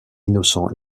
innocent